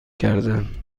کردند